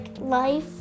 Life